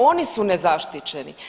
Oni su nezaštićeni.